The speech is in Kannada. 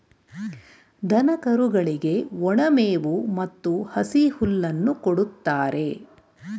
ದನ ಕರುಗಳಿಗೆ ಒಣ ಮೇವು ಮತ್ತು ಹಸಿ ಹುಲ್ಲನ್ನು ಕೊಡುತ್ತಾರೆ